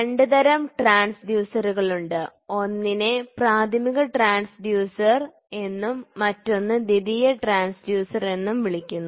രണ്ട് തരം ട്രാൻസ്ദയുസറുകളുണ്ട് ഒന്നിനെ പ്രാഥമിക ട്രാൻസ്ദയുസർ എന്നും മറ്റൊന്ന് ദ്വിതീയ ട്രാൻസ്ദയുസർ എന്നും വിളിക്കുന്നു